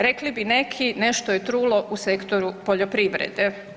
Rekli bi neki nešto je trulo u sektoru poljoprivrede.